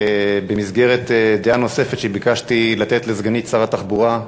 במסגרת דעה נוספת שביקשתי לתת לסגנית שר התחבורה,